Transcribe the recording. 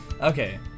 okay